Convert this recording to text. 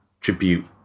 tribute